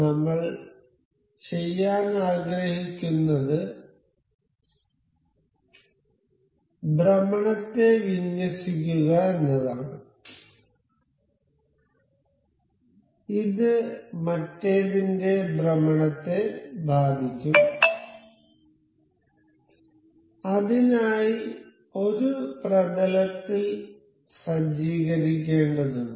നമ്മൾ ചെയ്യാൻ ആഗ്രഹിക്കുന്നത് ഭ്രമണത്തെ വിന്യസിക്കുക എന്നതാണ് ഇത് മറ്റേതിന്റെ ഭ്രമണത്തെ ബാധിക്കും അതിനായി ഒരു പ്രതലത്തിൽ സജ്ജീകരിക്കേണ്ടതുണ്ട്